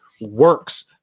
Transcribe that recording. works